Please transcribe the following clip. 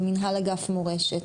במנהל אגף מורשת.